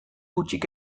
hutsik